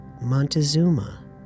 Montezuma